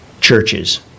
churches